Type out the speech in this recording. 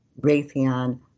Raytheon